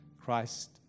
Christ